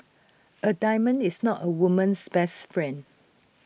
A diamond is not A woman's best friend